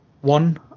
one